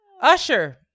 Usher